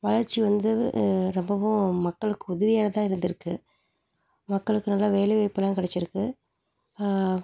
வளர்ச்சி வந்து ரொம்பவும் மக்களுக்கு உதவியானதாக இருந்துருக்குது மக்களுக்கு நல்லா வேலை வாய்ப்பெல்லாம் கிடைச்சிருக்கு